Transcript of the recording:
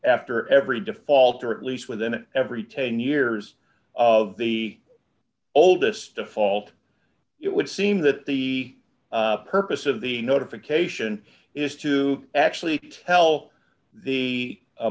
after every default or at least within it every ten years of the oldest default it would seem that the purpose of the notification is to actually tell the